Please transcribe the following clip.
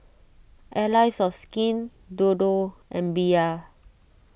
Allies of Skin Dodo and Bia